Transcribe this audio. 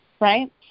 Right